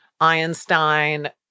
Einstein